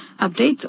update